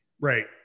Right